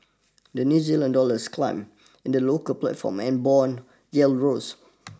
the New Zealand dollars climbed in the local platform and bond yields rose